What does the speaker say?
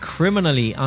Criminally